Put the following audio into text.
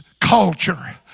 culture